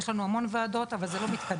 יש לנו המון ועדות, אבל זה לא מתקדם.